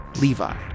Levi